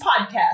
podcast